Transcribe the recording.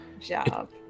job